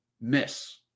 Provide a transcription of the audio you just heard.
miss